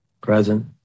Present